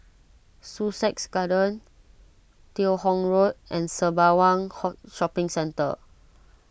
Sussex Garden Teo Hong Road and Sembawang Hok Shopping Centre